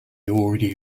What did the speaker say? already